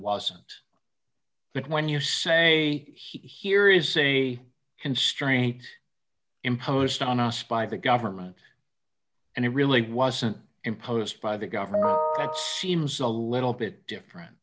wasn't but when you say he here is a constraint imposed on us by the government and it really wasn't imposed by the government seems a little bit different